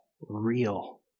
real